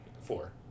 Four